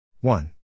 one